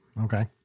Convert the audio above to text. Okay